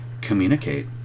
communicate